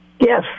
Yes